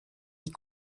die